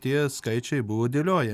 tie skaičiai buvo dėlioja